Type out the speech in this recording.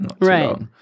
Right